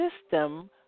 system